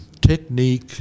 technique